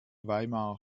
weimar